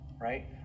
right